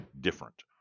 different